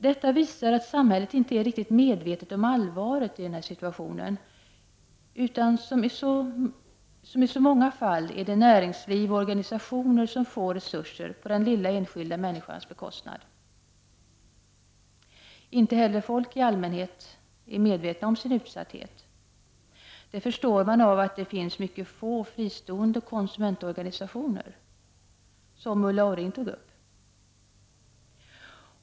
Detta visar att samhället inte är riktigt medvetet om allvaret i den här situationen, utan som i så många fall är det näringslivet och organisationerna som får resurser på den enskilda, lilla människans bekostnad. Inte heller är folk i allmänhet medvetna om sin utsatthet. Det förstår man av att det finns mycket få fristående konsumentorganisationer, som Ulla Orring tog upp.